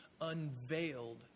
unveiled